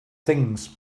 things